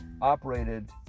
operated